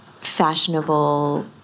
fashionable